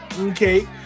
okay